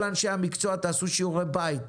כל אנשי המקצוע, תעשו שיעורי בית.